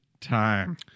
time